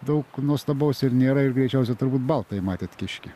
daug nuostabaus ir nėra ir greičiausia turbūt baltąjį matėt kiškį